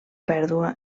pèrdua